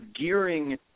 gearing